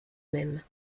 même